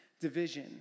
division